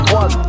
one